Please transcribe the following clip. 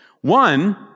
One